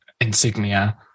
insignia